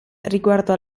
riguardo